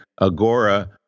Agora